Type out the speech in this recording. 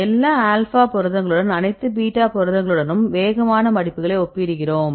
எல்லா ஆல்பா புரதங்களுடனும் அனைத்து பீட்டா புரதங்களுடனும் வேகமான மடிப்புகளை ஒப்பிடுகிறோம்